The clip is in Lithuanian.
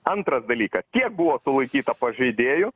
antras dalykas kiek buvo sulaikyta pažeidėjų